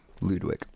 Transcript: Ludwig